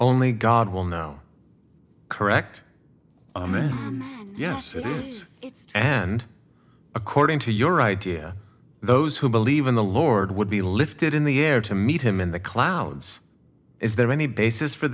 only god will now correct me yes and according to your idea those who believe in the lord would be lifted in the air to meet him in the clouds is there any basis for